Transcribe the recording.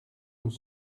nous